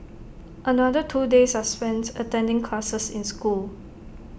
another two days are spent attending classes in school